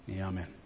Amen